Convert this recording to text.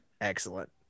Excellent